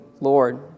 Lord